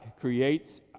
creates